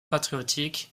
patriotique